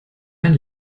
ein